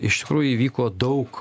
iš tikrųjų įvyko daug